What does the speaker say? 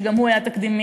שגם הוא היה תקדימי,